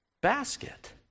basket